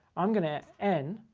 i'm gonna n